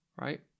right